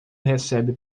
recebe